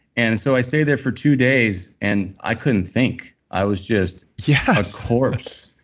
and so i stayed there for two days and i couldn't think. i was just yeah a corpse.